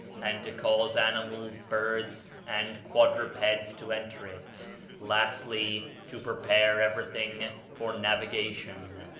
and to cause animals, birds, and quadrupeds to enter it lastly, to prepare everything for navigation.